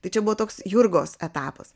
tai čia buvo toks jurgos etapas